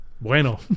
Bueno